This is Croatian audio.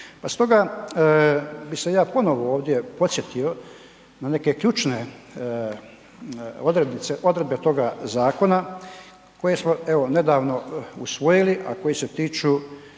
Pa stoga bi se ja ponovno ovdje podsjetio na neke ključne odredbe toga zakona koje smo evo nedavno usvojili a koje se tiču